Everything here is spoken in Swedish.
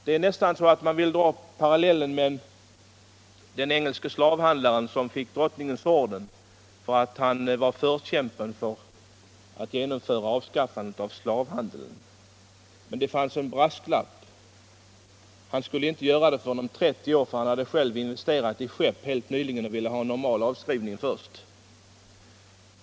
Det är nästan så, att man vill dra paralleller med den engelske slavhandlare som fick drottningens orden därför att han var förkämpe för avskaffandet av slavhandeln. Men det fanns en brasklapp — han skulle inte göra det förrän efter 30 år, för han hade själv investerat i skepp helt nyligen och ville ha normal avskrivning först.